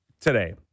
today